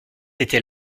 était